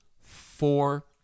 four